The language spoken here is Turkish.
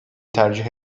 tercih